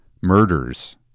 murders